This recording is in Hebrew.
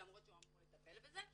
למרות שהיא אמורה לטפל בזה,